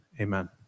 Amen